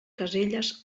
caselles